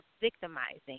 victimizing